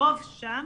הרוב שם.